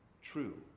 True